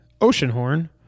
Oceanhorn